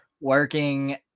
Working